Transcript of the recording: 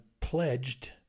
pledged